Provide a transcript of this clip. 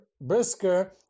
Brisker